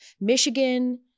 Michigan